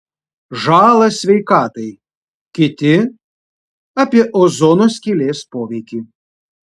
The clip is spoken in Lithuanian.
žalą sveikatai kiti apie ozono skylės poveikį